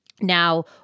Now